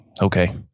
okay